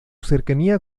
cercanía